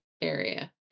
area